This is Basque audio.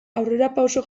aurrerapauso